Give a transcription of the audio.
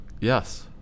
Yes